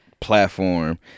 platform